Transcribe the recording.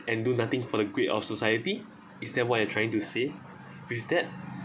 and do nothing for the great of society is that what I trying to say with that